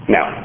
Now